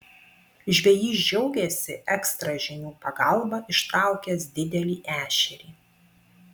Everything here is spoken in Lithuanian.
žvejys džiaugėsi ekstra žinių pagalba ištraukęs didelį ešerį